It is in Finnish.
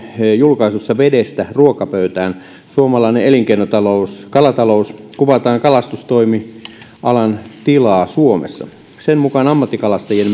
julkaisussa vedestä ruokapöytään suomalainen elinkeinokalatalous kuvataan kalastustoimialan tilaa suomessa sen mukaan ammattikalastajien